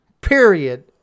period